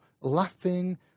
laughing